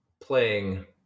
playing